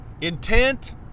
intent